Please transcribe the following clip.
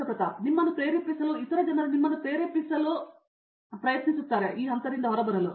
ಪ್ರತಾಪ್ ಹರಿದಾಸ್ ನಿಮ್ಮನ್ನು ಪ್ರೇರೇಪಿಸಲು ಇತರ ಜನರು ನಿಮ್ಮನ್ನು ಪ್ರೇರೇಪಿಸುವ ಹಂತದಿಂದ ಹೊರಬರಲು